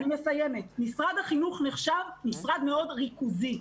משרד החינוך נחשב משרד מאוד ריכוזי,